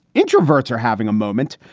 introverts are having a moment.